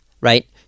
right